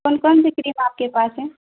کون کون سی کریم آپ کے پاس ہیں